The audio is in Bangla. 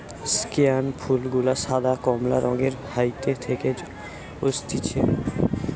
স্কেয়ান ফুল গুলা সাদা, কমলা রঙের হাইতি থেকে অসতিছে